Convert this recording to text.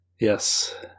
Yes